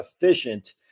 efficient